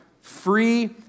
free